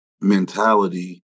mentality